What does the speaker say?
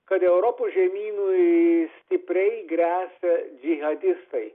kad europos žemynui stipriai gresia džihadistai